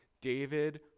David